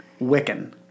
Wiccan